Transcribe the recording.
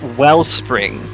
wellspring